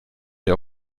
der